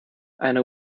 eine